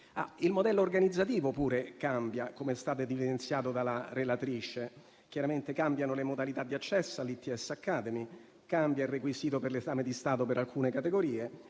il modello organizzativo cambia, come è stato evidenziato dalla relatrice. Cambiano le modalità di accesso all'ITS Academy; cambia il requisito per l'esame di Stato per alcune categorie